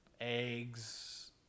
Eggs